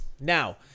Now